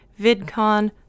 VidCon